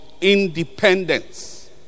independence